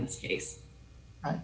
this case i